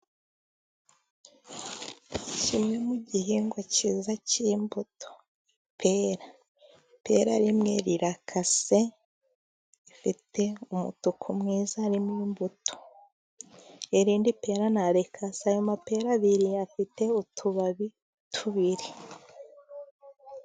Kimwe mu bihingwa cyiza cy'imbuto ipera. Ipera rimwe rirakase, rifite umutuku mwiza urimo imbuto. Irindi pera nta bwo rikase. Ayo mapera abiri afite utubabi tubiri.